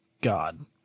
God